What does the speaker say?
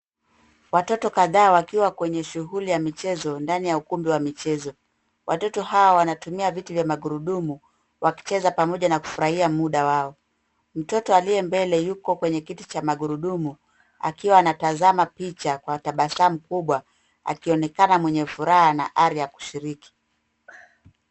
Watoto kadhaa wakiwa kwenye shughuli ya michezo ndani ya ukumbi wa michezo. Watoto hawa wanatumia viti vya magurudumu wakicheza pamoja na kufurahia muda wao. Mtoto aliye mbele yuko kwenye kiti cha magurudumu akiwa anatazama picha kwa tabasamu kubwa akionekana mwenye furaha na ari ya kushiriki.